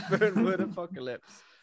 apocalypse